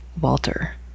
Walter